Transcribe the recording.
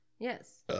Yes